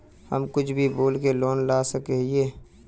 हम कुछ भी बोल के लोन ला सके हिये?